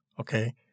okay